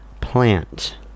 Plant